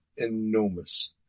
enormous